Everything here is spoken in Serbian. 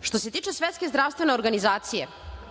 Što se tiče Svetske zdravstvene organizacije,